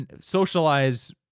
socialize